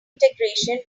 integration